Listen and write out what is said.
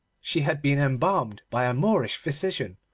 she had been embalmed by a moorish physician,